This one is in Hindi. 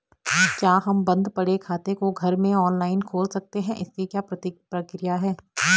क्या हम बन्द पड़े खाते को घर में ऑनलाइन खोल सकते हैं इसकी क्या प्रक्रिया है?